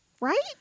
right